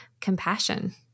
compassion